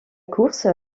course